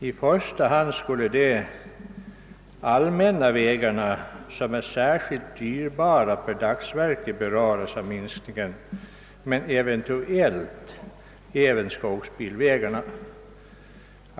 I första hand skulle de allmänna vägarna som är särskilt dyra per dagsverke beröras av minskningen men eventuellt även skogsbilvägarna, säger styrelsen.